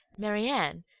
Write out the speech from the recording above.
marianne,